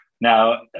Now